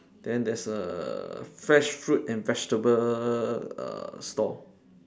then there's a fresh fruit and vegetable uh store